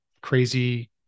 crazy